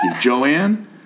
Joanne